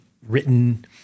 written